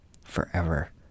forever